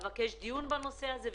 אני אבקש דיון בנושא הזה.